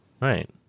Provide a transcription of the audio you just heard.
right